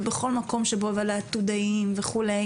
ובכל מקום ולעתודאים וכו'.